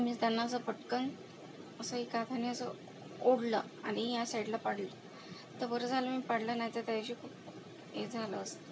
मी त्यांना असं पटकन असं एका हाताने असं ओढलं आणि या साईडला पाडलं तर बरं झालं पाडलं नाहीतर त्यायशी हे झालं असतं